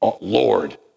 Lord